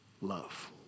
love